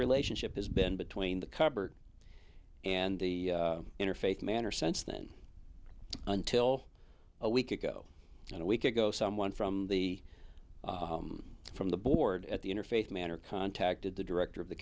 relationship has been between the cupboard and the interface manner since then until a week ago and a week ago someone from the from the board at the interfaith manner contacted the director of the